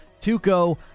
Tuco